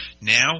Now